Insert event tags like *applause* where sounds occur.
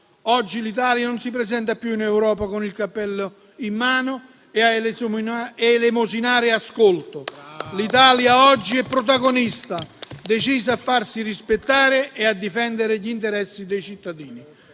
Oggi l'Italia non si presenta più in Europa con il cappello in mano a elemosinare ascolto: *applause* l'Italia oggi è protagonista, decisa a farsi rispettare e a difendere gli interessi dei cittadini.